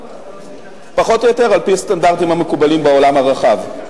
פחות או יותר על-פי הסטנדרטים המקובלים בעולם הרחב.